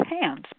hands